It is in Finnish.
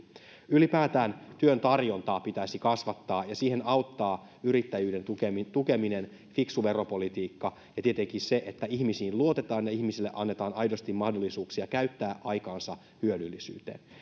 ylipäätään työn tarjontaa pitäisi kasvattaa ja siihen auttaa yrittäjyyden tukeminen tukeminen fiksu veropolitiikka ja tietenkin se että ihmisiin luotetaan ja ihmisille annetaan aidosti mahdollisuuksia käyttää aikaansa hyödyllisyyteen